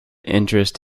interest